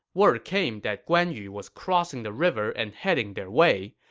word came that guan yu was crossing the river and heading their way.